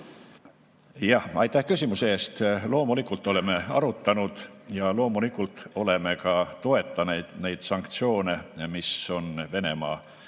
Jah, aitäh küsimuse eest! Loomulikult oleme arutanud ja loomulikult ka toetame neid sanktsioone, mis on Venemaa